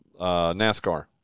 NASCAR